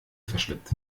verschleppt